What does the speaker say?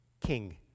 King